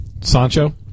Sancho